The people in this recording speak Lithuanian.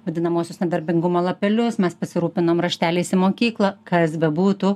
vadinamuosius nedarbingumo lapelius mes pasirūpinam rašteliais į mokyklą kas bebūtų